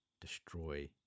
destroy